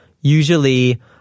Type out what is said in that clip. usually